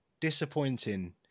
Disappointing